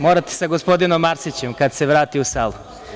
Morate sa gospodinom Arsićem kad se vrati u salu.